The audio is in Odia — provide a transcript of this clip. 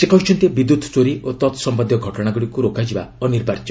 ସେ କହିଛନ୍ତି ବିଦ୍ୟୁତ୍ ଚୋରୀ ଓ ତତ୍ସମ୍ୟନ୍ଧିୟ ଘଟଣାଗୁଡ଼ିକୁ ରୋକାଯିବା ଅନିବାର୍ଯ୍ୟ